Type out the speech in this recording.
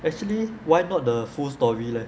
actually why not the full story leh